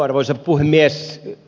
arvoisa puhemies